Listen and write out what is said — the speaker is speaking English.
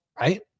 Right